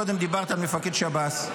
קודם דיברת על מפקד שב"ס.